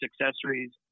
accessories